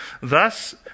Thus